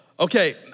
Okay